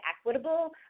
equitable